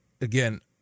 again